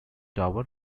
tower